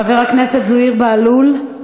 חבר הכנסת זוהיר בהלול,